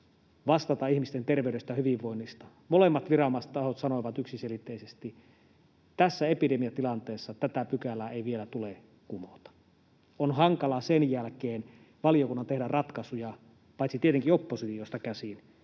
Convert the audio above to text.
vastata ihmisten terveydestä ja hyvinvoinnista, sanoivat yksiselitteisesti: tässä epidemiatilanteessa tätä pykälää ei vielä tule kumota. On hankala sen jälkeen valiokunnan tehdä semmoisia ratkaisuja — paitsi tietenkin oppositiosta käsin,